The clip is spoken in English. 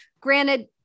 granted